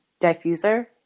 diffuser